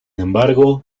embargo